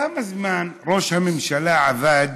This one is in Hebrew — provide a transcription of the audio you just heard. כמה זמן ראש הממשלה עבד